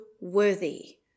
worthy